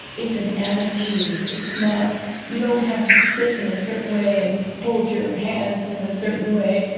it's an attitude. it's not you don't have to sit in a certain way and hold your hands in a certain way.